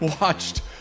watched